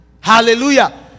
hallelujah